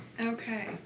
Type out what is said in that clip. Okay